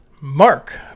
Mark